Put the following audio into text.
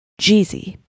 Jeezy